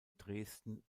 dresden